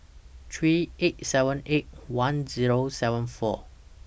three eight seven eight one Zero seven four